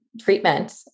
treatment